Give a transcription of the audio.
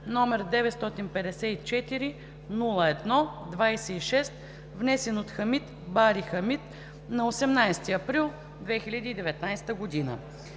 № 954-01-26, внесен от Хамид Бари Хамид на 18 април 2019 г.